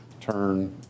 turn